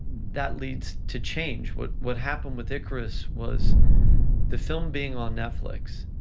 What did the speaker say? that leads to change. what what happened with icarus was the film being on netflix,